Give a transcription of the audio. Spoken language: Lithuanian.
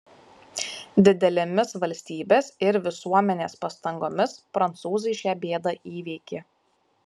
didelėmis valstybės ir visuomenės pastangomis prancūzai šią bėdą įveikė